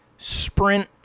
sprint